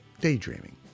daydreaming